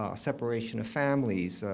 ah separation of families.